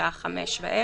בשעה חמש בערב,